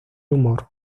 humor